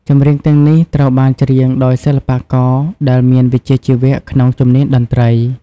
ចម្រៀងទាំងនេះត្រូវបានច្រៀងដោយសិល្បៈករដែលមានវិជ្ជាជីវៈក្នុងជំនាញតន្ត្រី។